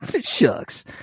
shucks